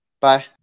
Bye